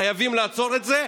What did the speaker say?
חייבים לעצור את זה.